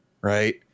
right